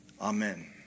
Amen